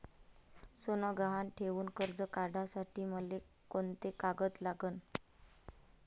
सोनं गहान ठेऊन कर्ज काढासाठी मले कोंते कागद लागन?